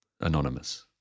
Anonymous